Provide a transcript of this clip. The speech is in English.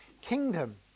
kingdom